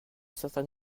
certain